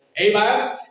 Amen